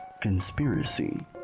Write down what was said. conspiracy